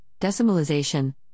Decimalization